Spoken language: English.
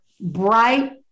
bright